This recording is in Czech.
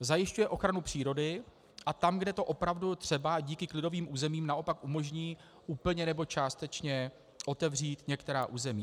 Zajišťuje ochranu přírody a tam, kde je to opravdu třeba, díky klidovým územím naopak umožní úplně nebo částečně otevřít některá území.